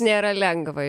nėra lengva